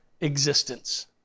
existence